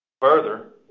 Further